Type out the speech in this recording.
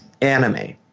anime